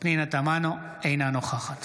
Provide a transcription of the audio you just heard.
פנינה תמנו, אינה נוכחת